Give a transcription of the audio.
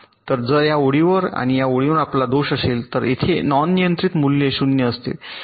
तर जर या ओळीवर आणि या ओळीवर आपला दोष असेल तर येथे नॉन नियंत्रित मूल्ये शून्य असतील